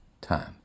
time